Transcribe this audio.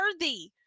worthy